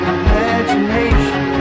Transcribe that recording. imagination